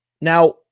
Now